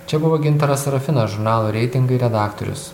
čia buvo gintaras sarafinas žurnalo reitingai redaktorius